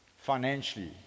financially